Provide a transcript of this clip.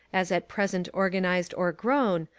as at present organised or grown,